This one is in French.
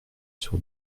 sur